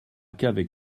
qu’avec